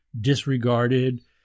disregarded